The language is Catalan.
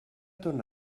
ton